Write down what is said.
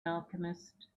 alchemist